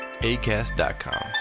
ACAST.com